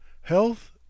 health